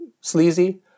sleazy